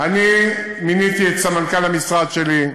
אני מיניתי את סמנכ"ל המשרד שלי,